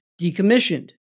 decommissioned